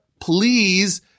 please